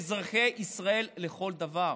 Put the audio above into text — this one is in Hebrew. שהם אזרחי ישראל לכל דבר.